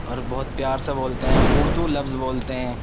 اور بہت پیار سے بولتے ہیں اردو لفظ بولتے ہیں